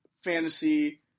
fantasy